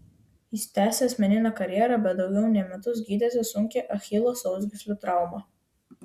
jis tęsė asmeninę karjerą bet daugiau nei metus gydėsi sunkią achilo sausgyslių traumą